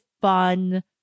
fun